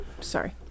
sorry